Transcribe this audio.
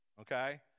okay